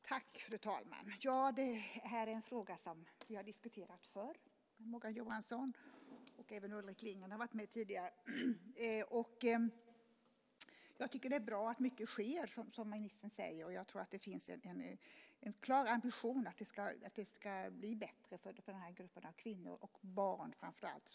Fru talman! Det här är en fråga som vi har diskuterat förut, Morgan Johansson. Även Ulrik Lindgren har varit med tidigare. Jag tycker att det är bra att mycket sker, som ministern säger, och jag tror att det finns en klar ambition att det ska bli bättre för den här gruppen av kvinnor och för barnen framför allt.